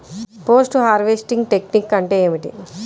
Post harvesting technique అంటే ఏమిటీ?